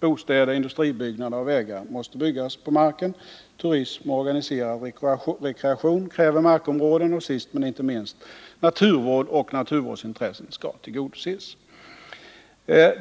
Bostäder, industrier och vägar måste byggas på marken. Turism och organiserad rekreation kräver markområden. Och sist men inte minst: naturvård och naturvårdsintressen skall tillgodoses.